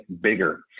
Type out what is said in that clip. bigger